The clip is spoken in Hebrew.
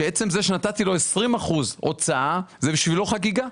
שעצם זה שנתתי לו 20% הוצאה זה בשבילו חגיגה.